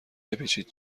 بپیچید